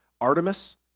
Artemis